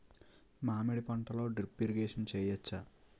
మామిడి పంటలో drip irrigation చేయచ్చా?